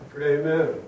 Amen